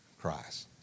Christ